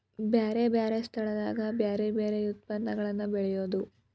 ಬ್ಯಾರೆ ಬ್ಯಾರೆ ಸ್ಥಳದಾಗ ಬ್ಯಾರೆ ಬ್ಯಾರೆ ಯತ್ಪನ್ನಗಳನ್ನ ಬೆಳೆಯುದು